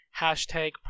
hashtag